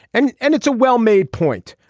and and it's a well-made point.